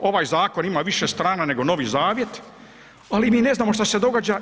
Ovaj zakon ima više strana nego Novi zavjet, ali mi ne znamo šta se događa.